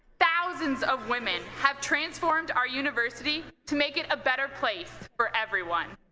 thousands of women have transformed our university to make it a better place for everyone.